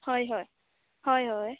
हय हय हय हय